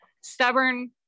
stubborn